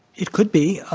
it could be.